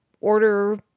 order